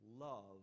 love